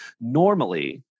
Normally